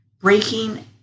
breaking